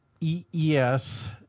Yes